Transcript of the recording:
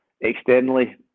Externally